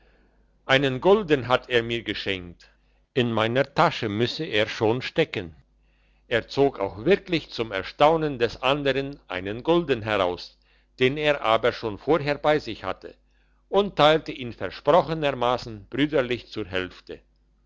einen gulden hat er mir geschenkt in meiner tasche müsse er schon stecken er zog auch wirklich zum erstaunen des andern einen gulden heraus den er aber schon vorher bei sich hatte und teilte ihn versprochenermassen brüderlich zur hälfte